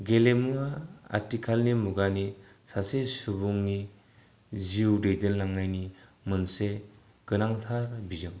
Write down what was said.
गेलेमुङा आथिखालनि मुगानि सासे सुबुंनि जिउ दैदेनलांनायनि मोनसे गोनांथार बिजों